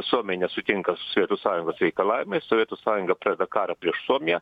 suomiai nesutinka su sovietų sąjungos reikalavimais sovietų sąjunga pradeda karą prieš suomiją